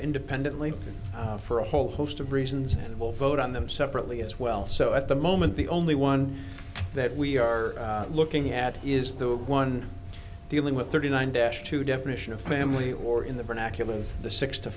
independently for a whole host of reasons that will vote on them separately as well so at the moment the only one that we are looking at is the one dealing with thirty nine dash two definition of family or in the